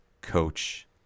Coach